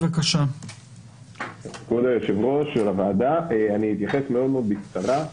כבוד היושב-ראש והוועדה, אתייחס בקצרה.